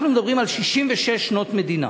אנחנו מדברים על 66 שנות מדינה,